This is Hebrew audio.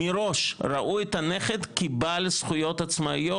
מראש ראו את הנכד כבעל זכויות עצמאיות,